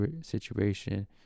situation